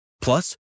Plus